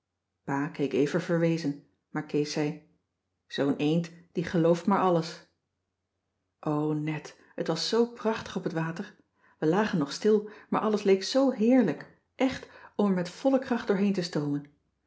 pa keek even verwezen maar kees zei zoo'n eend die gelooft maar alles o net het was zoo prachtig op het water we lagen nog stil maar alles leek zoo heerlijk echt om er met volle kracht doorheen te stoomen